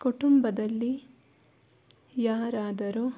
ಕುಟುಂಬದಲ್ಲಿ ಯಾರಾದರೂ